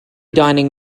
dining